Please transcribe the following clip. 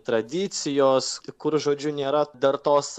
tradicijos kur žodžiu nėra dar tos